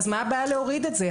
אז מה הבעיה להוריד את זה?